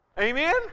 Amen